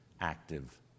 active